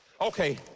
Okay